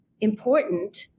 important